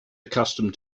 accustomed